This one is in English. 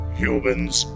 humans